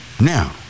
Now